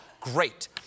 great